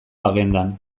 agendan